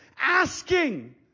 asking